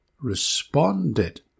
responded